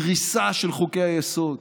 דריסה של חוקי-היסוד.